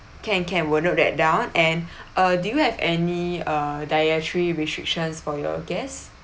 can can will note that down and uh do you have any uh dietary restrictions for your guests